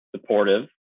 supportive